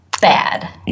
bad